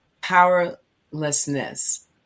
powerlessness